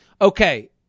Okay